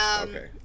Okay